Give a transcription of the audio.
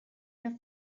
your